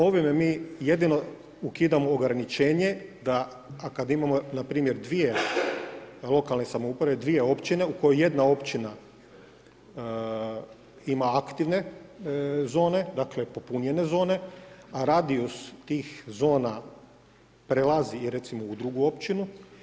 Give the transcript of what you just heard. Ovime mi jedino ukidamo ograničenje da a kad imamo na primjer dvije lokalne samouprave, dvije općine u kojoj jedna općina ima aktivne zone, dakle popunjene zone, a radijus tih zona prelazi recimo u drugu općinu.